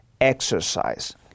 exercise